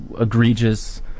egregious